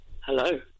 hello